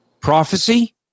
Prophecy